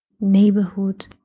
neighborhood